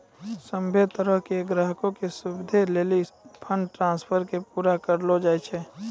सभ्भे तरहो के ग्राहको के सुविधे लेली फंड ट्रांस्फर के पूरा करलो जाय छै